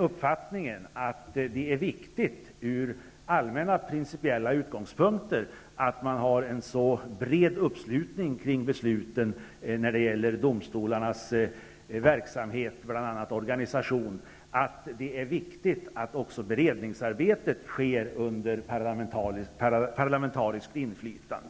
uppfattningen att det är viktigt från allmänna och principiella synpunkter att man har en bred uppslutning kring besluten när det gäller domstolarnas verksamhet, bl.a. organisationen, och att det är viktigt att också beredningsarbetet sker under parlamentariskt inflytande.